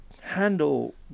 handle